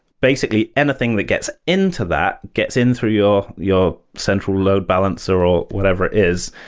basically, anything that gets into that gets in through your your central load balancer or whatever it is,